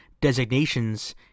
designations